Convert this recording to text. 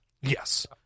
Yes